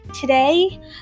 Today